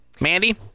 Mandy